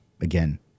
again